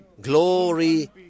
glory